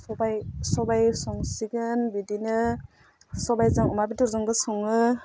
सबाइ सबाइ संसिगोन बिदिनो सबाइजों अमा बेदरजोंबो सङो